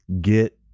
get